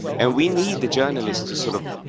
and we need the journalists to sort of,